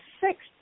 sixth